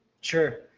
Sure